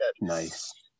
Nice